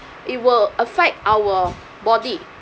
it will affect our body